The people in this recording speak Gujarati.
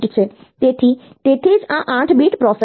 તેથી તેથી જ આ 8 bit પ્રોસેસર છે